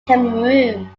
cameroon